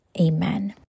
amen